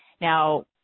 Now